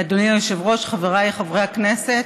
אדוני היושב-ראש, חבריי חברי הכנסת,